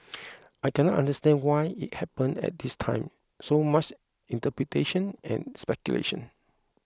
I cannot understand why it happened at this time so much interpretation and speculation